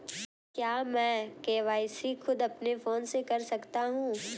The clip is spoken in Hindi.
क्या मैं के.वाई.सी खुद अपने फोन से कर सकता हूँ?